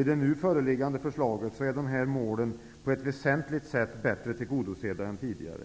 I det nu föreliggande förslaget är dessa mål på ett väsentligt sätt bättre tillgodosedda än tidigare.